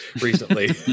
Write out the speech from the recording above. recently